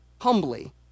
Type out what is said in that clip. humbly